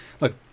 look